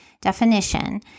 definition